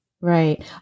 Right